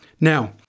Now